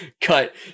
cut